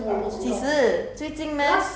倒闭 liao